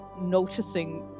noticing